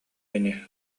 ини